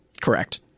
Correct